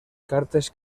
cartes